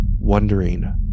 wondering